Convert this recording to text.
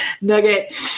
nugget